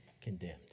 condemned